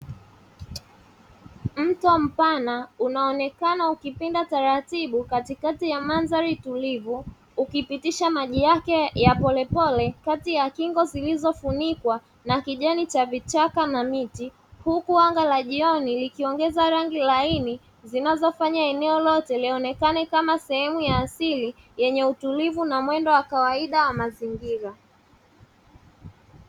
Mto mpana unaonekana ukipinda taratibu katikati ya mandhari tulivu, ukipitisha maji yake ya polepole kati ya kingo zilizofunikwa na kijani cha vichaka na miti, huku anga la jioni likiongeza rangi laini, zinazofanya eneo lote lionekane kama sehemu ya asili yenye utulivu na mwendo wa kawaida wa mazingira.